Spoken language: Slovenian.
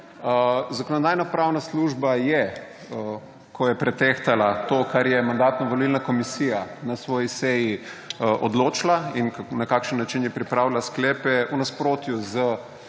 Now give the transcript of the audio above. Zakonodajno-pravna služba je, ko je pretehtala to, kar je Mandatno-volilna komisija na svoji seji odločila in na kakšen način je pripravila sklepe, v nasprotju z